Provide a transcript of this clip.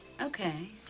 Okay